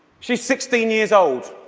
she's sixteen years old.